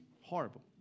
Horrible